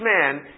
man